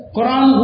Quran